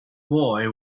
boy